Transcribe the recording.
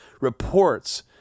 reports